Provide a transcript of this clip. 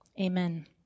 Amen